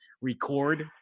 record